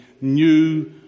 new